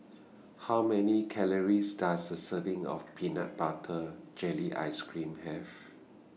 How Many Calories Does A Serving of Peanut Butter Jelly Ice Cream Have